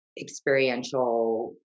experiential